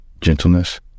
gentleness